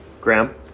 Graham